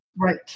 Right